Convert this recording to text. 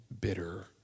bitter